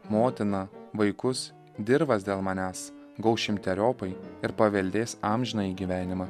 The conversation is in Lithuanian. motiną vaikus dirvas dėl manęs gaus šimteriopai ir paveldės amžinąjį gyvenimą